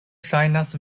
ŝajnas